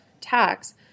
tax